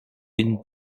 une